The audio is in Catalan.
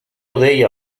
deia